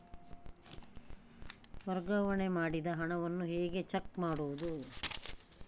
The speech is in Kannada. ವರ್ಗಾವಣೆ ಮಾಡಿದ ಹಣವನ್ನು ಹೇಗೆ ಚೆಕ್ ಮಾಡುವುದು?